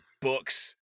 books